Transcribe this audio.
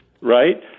Right